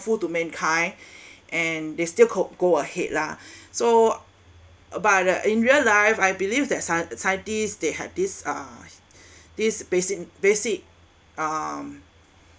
food to mankind and they still co~ go ahead lah so but the in real life I believe that scien~ scientist they had this ah this basic basic um